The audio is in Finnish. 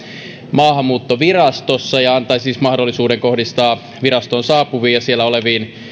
maahanmuuttovirastossa ja antaa mahdollisuuden kohdistaa virastoon saapuviin ja siellä oleviin